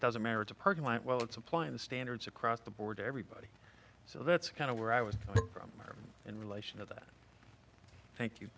doesn't merit a parking lot well it's applying the standards across the board to everybody so that's kind of where i was in relation to that thank you